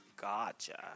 Gotcha